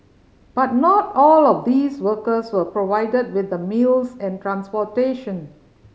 but not all of these workers were provided with the meals and transportation